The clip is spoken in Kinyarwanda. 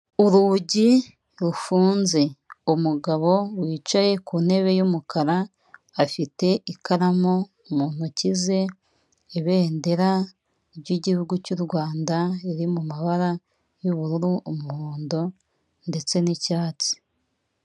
Urugi rufunze, umugabo wicaye ku ntebe y'umukara afite ikaramu mu ntoki ze, ibendera ry'igihugu cy'u Rwanda riri mu mabara y'ubururu, umuhondo ndetse n'icyatsi.